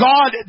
God